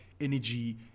energy